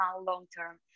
long-term